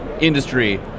industry